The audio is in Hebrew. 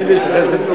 איילת היקרה,